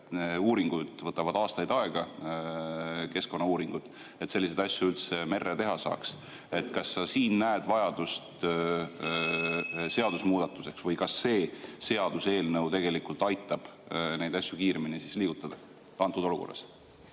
keskkonnauuringud, võtavad aastaid aega, et selliseid asju üldse merre teha saaks. Kas sa siin näed vajadust seadusemuudatuseks või kas see seaduseelnõu tegelikult aitab neid asju kiiremini liigutada antud olukorras?